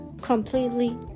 completely